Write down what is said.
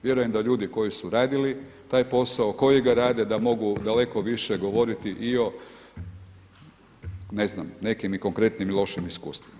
Vjerujem da ljudi koji su radili taj posao, koji ga rade da mogu daleko više govoriti i o ne znam nekim konkretnim i lošim iskustvom.